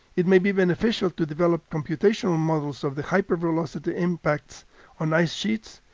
it may be beneficial to develop computational models of the hypervelocity impacts on ice sheets,